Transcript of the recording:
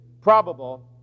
probable